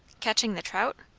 catching the trout?